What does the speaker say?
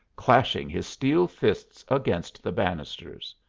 clashing his steel fists against the banisters.